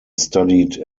studied